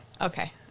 Okay